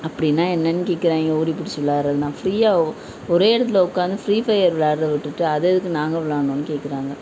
அப்படின்னா என்னென்னு கேட்குறாய்ங்க ஓடிப்பிடிச்சி விளாட்றதுனா ஃப்ரீயாக ஒரே இடத்துல உட்காந்து ஃப்ரீ ஃபையர் விளாட்றத விட்டுட்டு அதை எதுக்கு நாங்கள் விளாட்ணுன்னு கேட்குறாங்க